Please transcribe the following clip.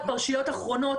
פרשיות אחרונות,